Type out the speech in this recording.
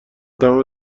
تمام